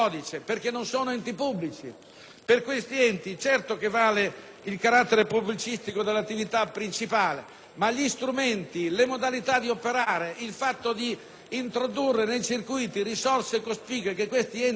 Per questi enti vale certamente il carattere pubblicistico dell'attività principale, ma gli strumenti, le modalità di operare, il fatto di introdurre nei circuiti risorse cospicue che questi enti hanno, per quale motivo